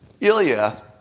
Ilya